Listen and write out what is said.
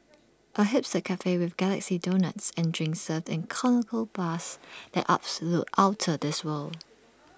A hipster Cafe with galaxy donuts and drinks served in conical bus that's absolutely outta this world